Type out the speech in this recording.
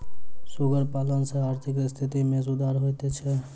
सुगर पालन सॅ आर्थिक स्थिति मे सुधार होइत छै